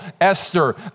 Esther